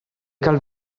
cal